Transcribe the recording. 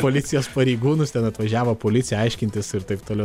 policijos pareigūnus ten atvažiavo policija aiškintis ir taip toliau